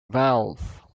valve